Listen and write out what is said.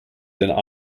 than